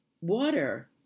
Water